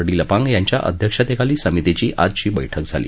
D Lapang यांच्या अध्यक्षतखोली समितीची आजची बैठक झाली